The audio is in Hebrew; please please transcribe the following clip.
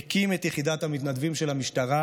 הוא הקים את יחידת המתנדבים של המשטרה,